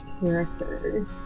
character